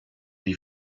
die